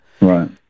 right